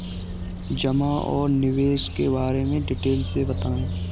जमा और निवेश के बारे में डिटेल से बताएँ?